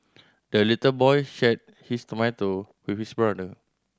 the little boy shared his tomato with his brother